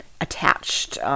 attached